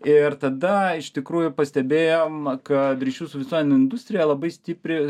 ir tada iš tikrųjų pastebėjom kad ryšių su visuomene industrija labai stipri